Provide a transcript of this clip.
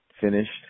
finished